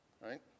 Right